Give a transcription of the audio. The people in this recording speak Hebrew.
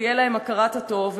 שתהיה להם הכרת הטוב,